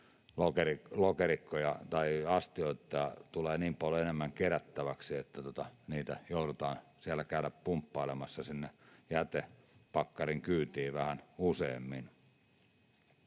lokerikkoja tai astioita tulee niin paljon enemmän kerättäväksi, että niitä joudutaan siellä käymään pumppailemassa sinne jätepakkarin kyytiin vähän useammin.